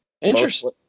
Interesting